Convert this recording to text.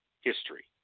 history